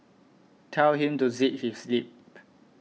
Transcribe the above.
tell him to zip his lip